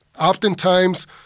Oftentimes-